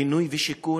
בינוי ושיכון.